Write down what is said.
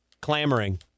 clamoring